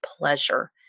pleasure